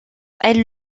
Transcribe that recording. elle